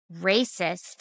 racist